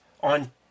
on